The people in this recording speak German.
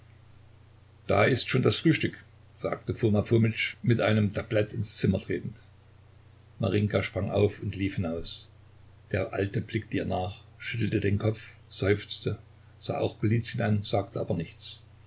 da ist schon das frühstück sagte foma fomitsch mit einem tablett ins zimmer tretend marinjka sprang auf und lief hinaus der alte blickte ihr nach schüttelte den kopf seufzte sah auch golizyn an sagte aber nichts